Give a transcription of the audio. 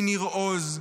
מניר עוז,